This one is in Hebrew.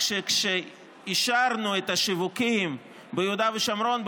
שכשאישרנו את השיווקים ביהודה ושומרון,